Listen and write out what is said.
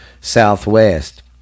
southwest